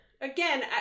Again